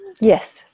Yes